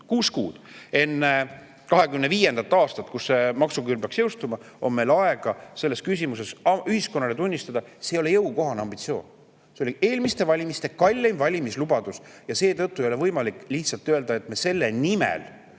kuus kuud enne 2025. aastat, kui maksuküüru [kaotamine] peaks jõustuma, on meil aega selles küsimuses ühiskonnale tunnistada, et see ei ole jõukohane ambitsioon. See oli eelmiste valimiste kalleim valimislubadus ja seetõttu ei ole võimalik lihtsalt öelda, et me destabiliseerime